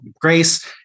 grace